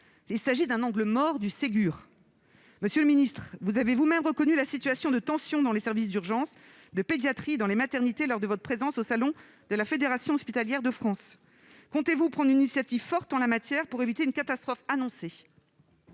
Il s'agit d'un angle mort du Ségur. Monsieur le ministre, vous avez vous-même reconnu la situation de tension dans les services d'urgence, de pédiatrie et dans les maternités, lors de votre présence au salon de la Fédération hospitalière de France. Comptez-vous prendre une initiative forte en la matière pour éviter la catastrophe annoncée ?